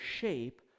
shape